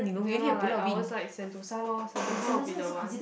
ya lah like ours like Sentosa lor Sentosa will be the one